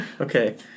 Okay